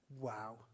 wow